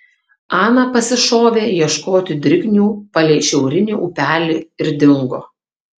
ana pasišovė ieškoti drignių palei šiaurinį upelį ir dingo